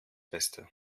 beste